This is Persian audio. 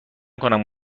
کنم